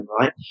right